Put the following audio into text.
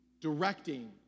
directing